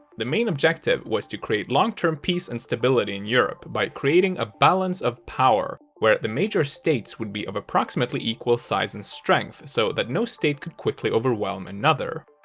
the main objective was to create long term peace and stability in europe, by creating a balance of power, where the major states would be of approximately equal size and strength, so that no state could quickly overwhelm another.